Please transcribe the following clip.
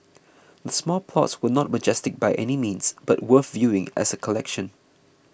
the small plots were not majestic by any means but worth viewing as a collection